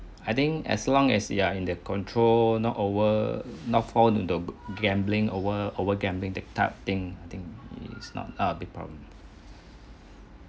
I think as long as you are in the control not over not fall into gambling over over gambling that type of thing I think it's not a big problem